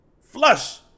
flush